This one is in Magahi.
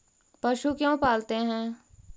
पशु क्यों पालते हैं?